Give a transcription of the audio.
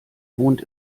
wohnt